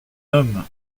homme